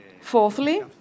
Fourthly